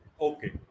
okay